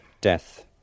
death